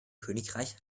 königreich